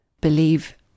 believe